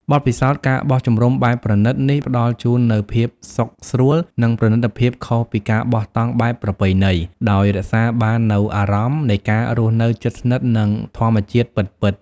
បទពិសោធន៍ ការបោះជំរំបែបប្រណីត នេះផ្តល់ជូននូវភាពសុខស្រួល និងប្រណីតភាពខុសពីការបោះតង់បែបប្រពៃណី ដោយរក្សាបាននូវអារម្មណ៍នៃការរស់នៅជិតស្និទ្ធនឹងធម្មជាតិពិតៗ។